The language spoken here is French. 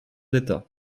d’état